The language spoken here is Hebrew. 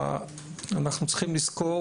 אנחנו צריכים לזכור